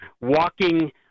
walking